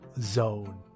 Zone